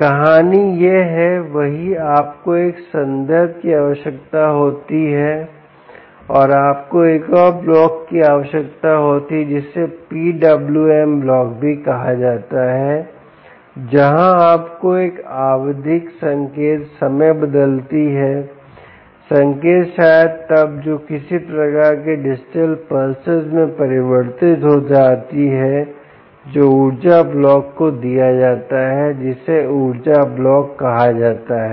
कहानी यह है वही आपको एक संदर्भ की आवश्यकता होती है और आपको एक और ब्लॉक की आवश्यकता होती है जिसे pwm ब्लॉक भी कहा जाता है जहाँ आपको एक आवधिक संकेत समय बदलती है संकेत शायद तब जो किसी प्रकार के डिजिटल पल्सेस में परिवर्तित हो जाती है जो ऊर्जा ब्लॉक को दिया जाता है जिसे ऊर्जा ब्लॉक कहा जाता है